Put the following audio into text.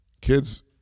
Kids